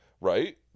Right